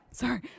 Sorry